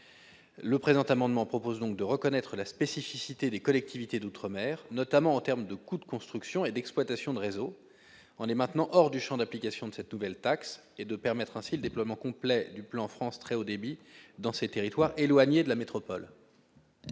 Le présent amendement tend donc à reconnaître la spécificité des collectivités d'outre-mer, notamment en termes de coûts de construction et d'exploitation de réseaux, en les maintenant hors du champ d'application de cette nouvelle taxe, et à permettre ainsi le déploiement complet du plan France très haut débit dans ces territoires éloignés de la métropole.